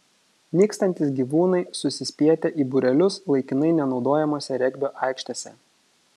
nykstantys gyvūnai susispietę į būrelius laikinai nenaudojamose regbio aikštėse